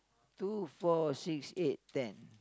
two four six eight ten